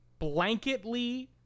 blanketly